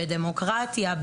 בדמוקרטיה,